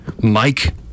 Mike